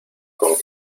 con